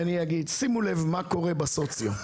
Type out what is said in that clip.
שימו לב מה קורה בסוציו,